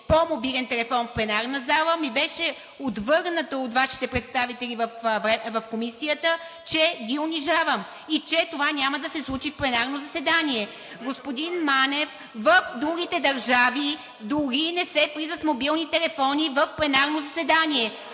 по мобилен телефон в пленарната зала, ми беше отвърнато от Вашите представители в Комисията, че Ви унижавам и че това няма да се случи в пленарно заседание. Господин Манев, в другите държави дори не се влиза с мобилни телефони в пленарно заседание.